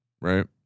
Right